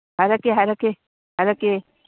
ꯍꯥꯏꯔꯛꯀꯦ ꯍꯥꯏꯔꯛꯀꯦ ꯍꯥꯏꯔꯛꯀꯦ